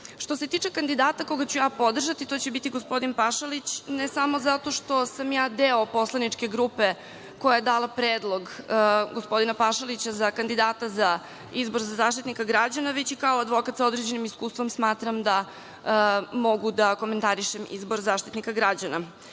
se tiče kandidata koga ću ja podržati, to će biti gospodin Pašalić, ne samo zato što sam ja deo poslaničke grupe koja je dala predlog gospodina Pašalića za kandidata za izbor za Zaštitnika građana, već i kao advokat sa određenim iskustvom smatram da mogu da komentarišem izbor Zaštitnika građana